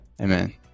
Amen